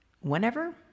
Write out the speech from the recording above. whenever